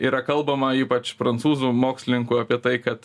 yra kalbama ypač prancūzų mokslininkų apie tai kad